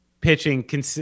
pitching